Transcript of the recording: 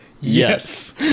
Yes